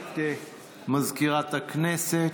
סגנית מזכירת הכנסת.